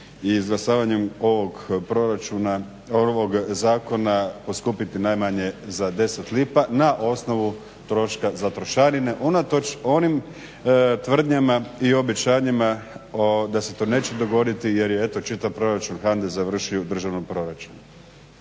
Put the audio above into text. izglasavanjem ovog zakona poskupiti najmanje za 10 lipa na osnovu troška za trošarine unatoč onim tvrdnjama i obećanjima da se to neće dogoditi jer je eto čitav proračun HANDA-e završio u državnom proračunu.